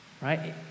Right